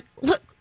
Look